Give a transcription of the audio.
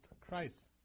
Christ